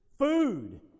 Food